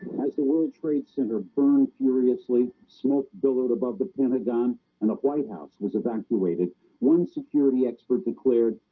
as the world trade center burned furiously smoke billowed above the pentagon and the white house was evacuated one security expert declared.